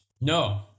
No